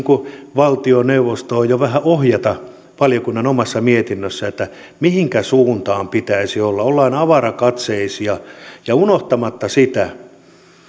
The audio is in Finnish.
valtioneuvostoon jo vähän ohjata valiokunnan omassa mietinnössä mihinkä suuntaan pitäisi olla ollaan avarakatseisia unohtamatta sitä